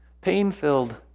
pain-filled